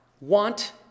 want